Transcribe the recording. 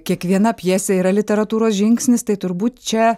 kiekviena pjesė yra literatūros žingsnis tai turbūt čia